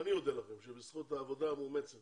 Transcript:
אני אודה לכם שבזכות העבודה המאומצת